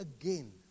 again